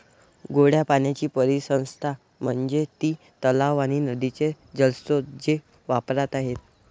गोड्या पाण्याची परिसंस्था म्हणजे ती तलाव आणि नदीचे जलस्रोत जे वापरात आहेत